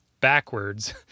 backwards